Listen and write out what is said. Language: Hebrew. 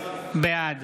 בעד